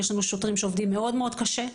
יש לנו שוטרים שעובדים מאוד קשה.